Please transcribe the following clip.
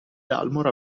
dalmor